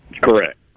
Correct